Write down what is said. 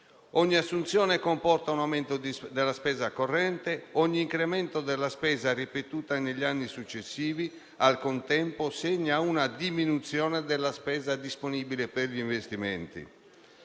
Ogni assunzione comporta un aumento della spesa corrente e ogni incremento della spesa ripetuta negli anni successivi, al contempo, segna una diminuzione della spesa disponibile per gli investimenti.